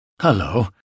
Hello